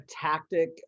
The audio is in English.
tactic